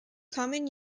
common